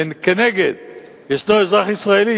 וכנגד ישנו אזרח ישראלי,